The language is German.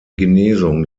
genesung